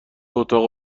اتاق